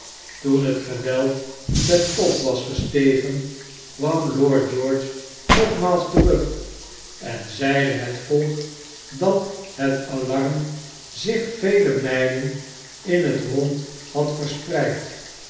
toen het geweld ten top was gestegen kwam lord george nogmaals terug en zeide het volk iat het alarm zich vele mijlen in het rond had verspreid